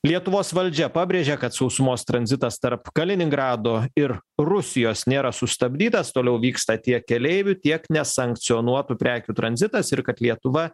lietuvos valdžia pabrėžė kad sausumos tranzitas tarp kaliningrado ir rusijos nėra sustabdytas toliau vyksta tiek keleivių tiek nesankcionuotų prekių tranzitas ir kad lietuva